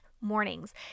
mornings